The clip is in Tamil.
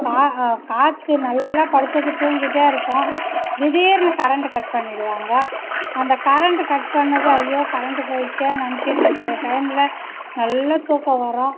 காற்று நல்லா படுத்துகிட்டு தூங்கிகிட்டே இருப்போம் திடீர்னு கரண்ட்டை கட் பண்ணிடுவாங்க அந்த கரண்ட்டு கட் பண்ணது அய்யோ கரண்ட்டு போய்டுச்சேன்னு நெனைச்சிட்ருக்குற டைமில் நல்லா தூக்கம் வரும்